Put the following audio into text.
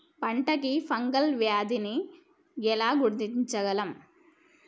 పంట కి ఫంగల్ వ్యాధి ని ఎలా గుర్తించగలం?